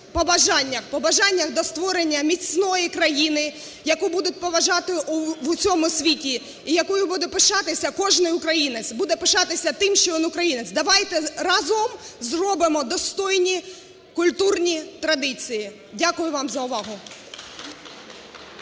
Побажаннях до створення міцної країни, яку будуть поважати в усьому світі і якою буде пишатись кожен українець. Буде пишатися тим, що він українець. Давайте разом зробимо достойні культурні традиції. Дякую вам за увагу.